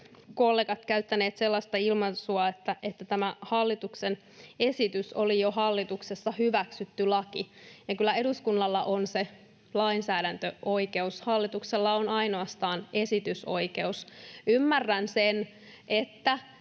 kollegat käyttäneet sellaista ilmaisua, että tämä hallituksen esitys oli jo hallituksessa hyväksytty laki. Kyllä eduskunnalla on se lainsäädäntöoikeus, hallituksella on ainoastaan esitysoikeus. Ymmärrän sen, että